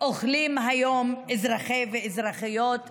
אוכלים היום אזרחי ואזרחיות ישראל,